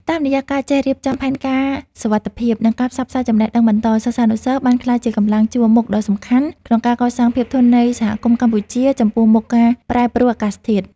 តាមរយៈការចេះរៀបចំផែនការសុវត្ថិភាព និងការផ្សព្វផ្សាយចំណេះដឹងបន្ត សិស្សានុសិស្សបានក្លាយជាកម្លាំងជួរមុខដ៏សំខាន់ក្នុងការកសាងភាពធន់នៃសហគមន៍កម្ពុជាចំពោះមុខការប្រែប្រួលអាកាសធាតុ។